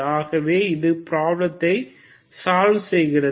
ஆகவே இது ப்ராப்ளத்தை சால்வ் செய்கிறது